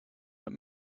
let